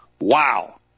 Wow